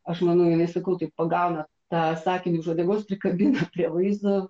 aš manau jinai sakau taip pagauna tą sakinį už uodegos prikabina prie vaizdo